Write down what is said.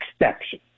exception